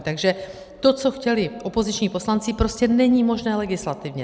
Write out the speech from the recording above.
Takže to, co chtěli opoziční poslanci, prostě není možné legislativně.